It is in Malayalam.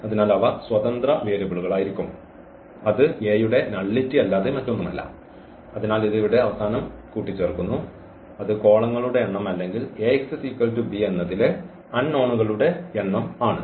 അതിനാൽ അവ സ്വതന്ത്ര വേരിയബിളുകളായിരിക്കും അത് A യുടെ നള്ളിറ്റി അല്ലാതെ മറ്റൊന്നുമല്ല അതിനാൽ ഇത് ഇവിടെ അവസാനം കൂട്ടിച്ചേർക്കുന്നു അത് കോളങ്ങളുടെ എണ്ണം അല്ലെങ്കിൽ Axb എന്നതിലെ അൺനോനു കളുടെ എണ്ണം ആണ്